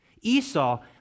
Esau